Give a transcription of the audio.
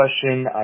question